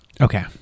okay